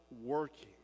working